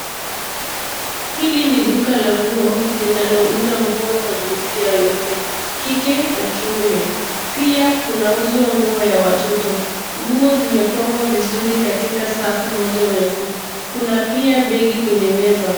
Hili ni duka la nguo linalouza nguo kwa jinsia yote kike na kiume. Pia kunauzwa nguo ya watoto. Nguo zimepangwa vizuri katika safu moja refu. Kuna pia begi kwenye meza.